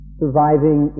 surviving